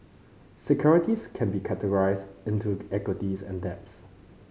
securities can be categorized into equities and debts